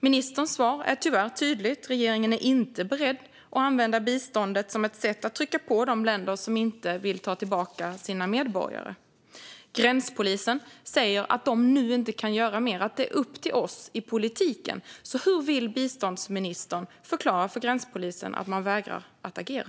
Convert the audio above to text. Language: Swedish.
Ministerns svar är tyvärr tydligt: Regeringen är inte beredd att använda biståndet som ett sätt att sätta tryck på de länder som inte vill ta tillbaka sina medborgare. Gränspolisen säger att de inte kan göra mer och att det är upp till oss i politiken. Hur vill biståndsministern förklara för gränspolisen att man vägrar agera?